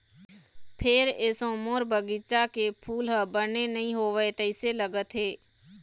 फेर एसो मोर बगिचा के फूल ह बने नइ होवय तइसे लगत हे